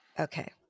Okay